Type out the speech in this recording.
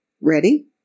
Ready